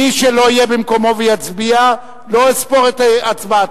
מי שלא יהיה במקומו ויצביע, לא אספור את הצבעתו.